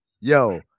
Yo